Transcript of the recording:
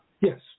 yes